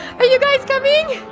are you guys coming?